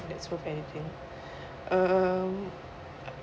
that's worth um